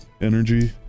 energy